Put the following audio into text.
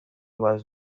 was